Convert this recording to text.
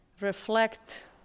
reflect